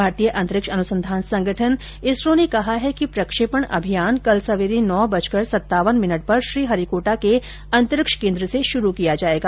भारतीय अंतरिक्ष अनुसंधान संगठन इसरो ने कहा है कि प्रक्षेपण अभियान कल सवेरे नौ बज कर सत्तावन मिनट पर श्रीहरिकोटा के अंतरिक्ष केंद्र से शुरू किया जाएगा